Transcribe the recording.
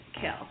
kill